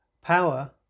power